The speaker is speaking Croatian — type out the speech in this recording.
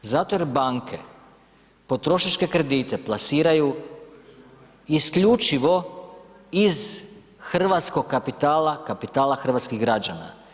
Zato jer banke potrošačke kredite plasiraju isključivo iz hrvatskog kapitala, kapitala hrvatskih građana.